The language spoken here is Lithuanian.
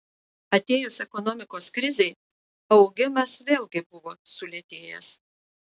atėjus ekonomikos krizei augimas vėlgi buvo sulėtėjęs